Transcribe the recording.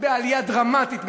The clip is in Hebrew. עלייה דרמטית,